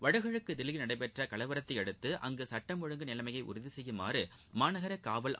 வடகிழக்கு தில்லியில் நடைபெற்ற கலவரத்தையடுத்து அங்கு சட்டம் ஒழுங்கு நிலைமையை உறுதி செய்யுமாறு மாநகர அறிவுறுத்தியுள்ளார்